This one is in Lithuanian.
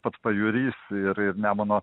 pats pajūris ir ir nemuno